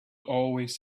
always